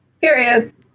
period